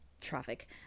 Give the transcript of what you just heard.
traffic